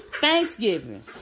Thanksgiving